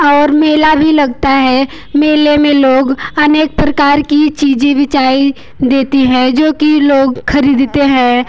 और मेला भी लगता है मेले में लोग अनेक प्रकार की चीज़ें भी चाहिए देती है जो कि लोग खरीदते हैं